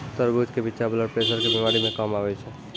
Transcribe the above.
तरबूज के बिच्चा ब्लड प्रेशर के बीमारी मे काम आवै छै